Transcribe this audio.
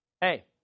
Hey